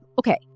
okay